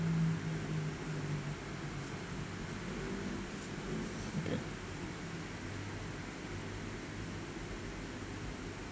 okay